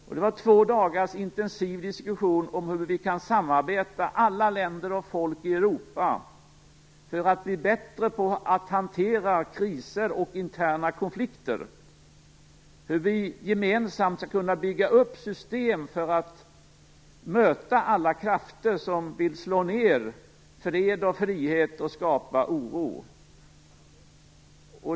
Det var två dagars intensiv diskussion om hur vi alla länder och folk i Europa kan samarbeta för att bli bättre på att hantera kriser och interna konflikter. Det handlade om hur vi gemensamt skall kunna bygga upp system för att möta alla krafter som vill slå ned fred och frihet och skapa oro.